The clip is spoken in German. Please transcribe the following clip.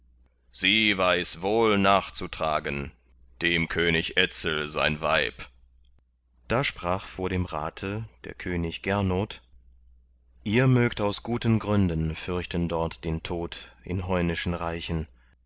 sie weiß wohl nachzutragen dem könig etzel sein weib da sprach vor dem rate der könig gernot ihr mögt aus guten gründen fürchten dort den tod in heunischen reichen